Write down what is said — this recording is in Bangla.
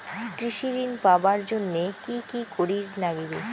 কৃষি ঋণ পাবার জন্যে কি কি করির নাগিবে?